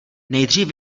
nejdřív